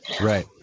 Right